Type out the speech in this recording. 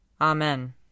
Amen